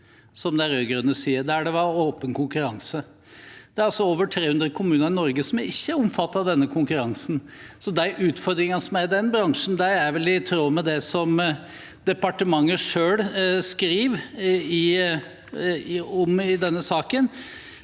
der det var åpen konkurranse. Det er altså over 300 kommuner i Norge som ikke er omfattet av denne konkurransen, så de utfordringene som er i bransjen, er vel i tråd med det departementet selv skriver i denne saken.